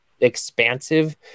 expansive